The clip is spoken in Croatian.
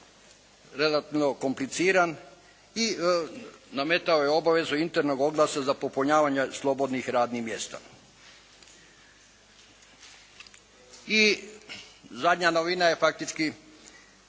I zadnja novina je faktički,